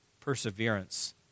perseverance